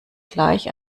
gleich